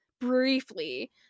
briefly